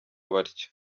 batyo